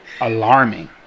alarming